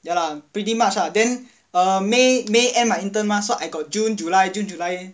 ya lah pretty much ah then err may may end my intern mah so I got june july june july